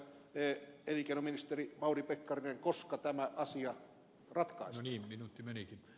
elinkeinoministeri mauri pekkarinen koska tämä asia ratkeaisi niin vino veri